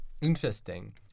interesting